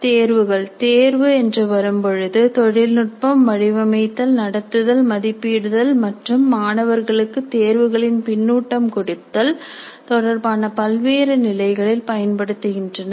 சோதனைகள் சோதனை என்று வரும்பொழுது தொழில்நுட்பம் வடிவமைத்தல் நடத்துதல் மதிப்பீடுதல் மற்றும் மாணவர்களுக்கு சோதனைகளின் பின்னூட்டம் கொடுத்தல் தொடர்பான பல்வேறு நிலைகளில் பயன்படுத்துகின்றனர்